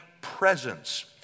presence